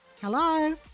Hello